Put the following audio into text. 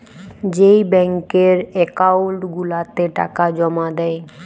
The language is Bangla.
যেই ব্যাংকের একাউল্ট গুলাতে টাকা জমা দেই